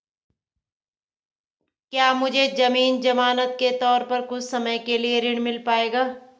क्या मुझे ज़मीन ज़मानत के तौर पर कुछ समय के लिए ऋण मिल पाएगा?